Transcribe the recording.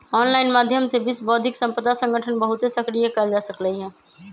online माध्यम से विश्व बौद्धिक संपदा संगठन बहुते सक्रिय कएल जा सकलई ह